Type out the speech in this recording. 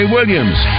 Williams